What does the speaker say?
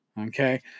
Okay